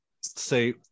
say